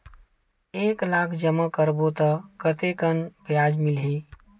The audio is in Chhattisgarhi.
एक लाख जमा करबो त कतेकन ब्याज मिलही?